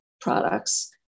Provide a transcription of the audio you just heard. products